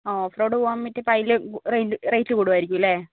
off road പോവാൻ പറ്റിയ അതിൽ റേറ്റ് കൂടുമായിരിക്കും അല്ലെ